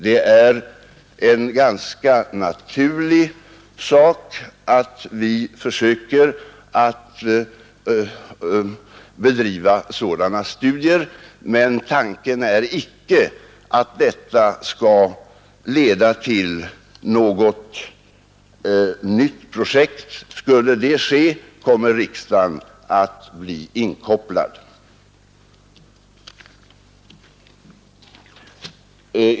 Det är en ganska naturlig sak att vi försöker bedriva sådana studier, men det är icke nu fråga om ett nytt projekt. Skulle det bli fråga om ett sådant, kommer riksdagen att kopplas in.